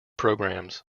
programs